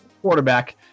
quarterback